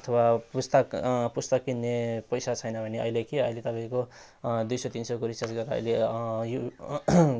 अथवा पुस्तक पुस्तक किन्ने पैसा छैन भने अहिले के अहिले तपाईँको दुई सय तिन सयको रिचार्ज गरेर अहिले यु